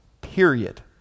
period